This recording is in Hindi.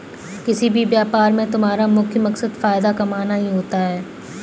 किसी भी व्यापार में तुम्हारा मुख्य मकसद फायदा कमाना ही होता है